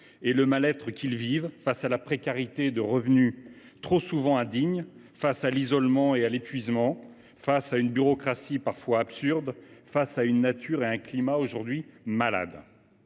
et le mal être qu’ils vivent face à la précarité de revenus trop souvent indignes, face à l’isolement et à l’épuisement, face à une bureaucratie parfois absurde et face à une nature et à un climat qui sont aujourd’hui malades.